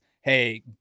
Hey